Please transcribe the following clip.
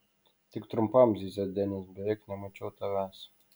tik trumpam zyzia denis beveik nemačiau tavęs